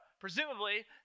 presumably